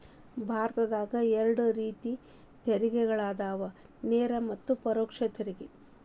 ಭಾರತದಾಗ ಎರಡ ರೇತಿ ತೆರಿಗೆಗಳದಾವ ನೇರ ಮತ್ತ ಪರೋಕ್ಷ ತೆರಿಗೆ